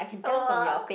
!wah!